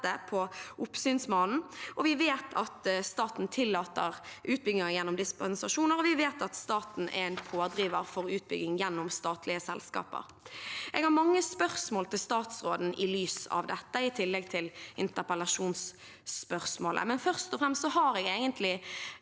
på Oppsynsmannen. Vi vet at staten tillater utbygginger gjennom dispensasjoner, og vi vet at staten er en pådriver for utbygging gjennom statlige selskaper. Jeg har mange spørsmål til statsråden i lys av dette, i tillegg til interpellasjonsspørsmålet, men først og fremst har jeg egentlig